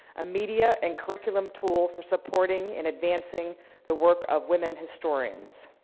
a media and curriculum tool for supporting and advancing the work of women historians.